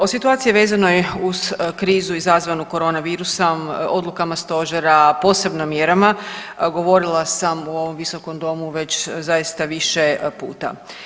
O situaciji vezanoj uz krizu izazvanu koronavirusom, odlukama stožera i posebnim mjerama govorila sam u ovom visokom domu već zaista više puta.